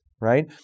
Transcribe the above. right